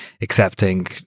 accepting